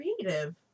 creative